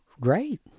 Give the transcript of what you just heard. Great